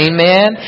Amen